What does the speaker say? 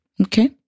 Okay